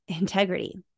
integrity